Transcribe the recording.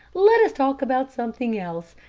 let us talk about something else.